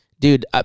Dude